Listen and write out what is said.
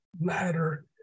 ladder